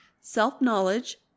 self-knowledge